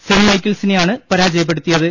saint മൈക്കിൾസിനെയാണ് പരാജയപ്പെടുത്തിയത്